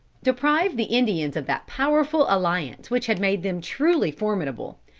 deprived the indians of that powerful alliance which had made them truly formidable.